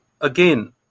again